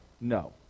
No